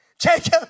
Jacob